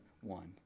One